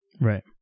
Right